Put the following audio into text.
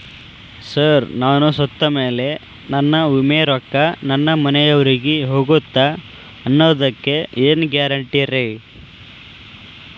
Sir ನಾನು ಸತ್ತಮೇಲೆ ನನ್ನ ವಿಮೆ ರೊಕ್ಕಾ ನನ್ನ ಮನೆಯವರಿಗಿ ಹೋಗುತ್ತಾ ಅನ್ನೊದಕ್ಕೆ ಏನ್ ಗ್ಯಾರಂಟಿ ರೇ?